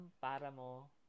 Paramo